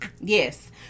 yes